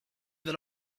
that